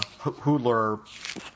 Hoodler